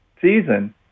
season